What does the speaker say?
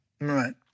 Right